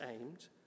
aimed